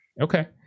Okay